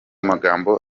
magambo